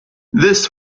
this